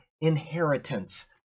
inheritance